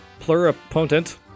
pluripotent